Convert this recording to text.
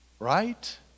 right